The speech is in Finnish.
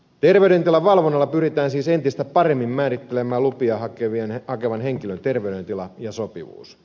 terveydentilan valvonnalla pyritään siis entistä paremmin määrittelemään lupia hakevan henkilön terveydentila ja sopivuus